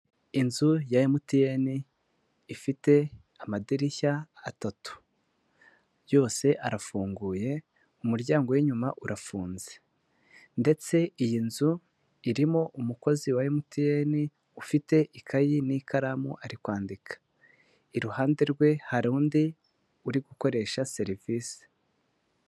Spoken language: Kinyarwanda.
Inzu ya MTN ifite amadirishya atatu, yose arafunguye umuryango w'inyuma urafunze, ndetse iyi nzu irimo umukozi wa MTN ufite ikayi n'ikaramu ari kwandika, iruhande rwe hari undi uri gukoresha serivisi.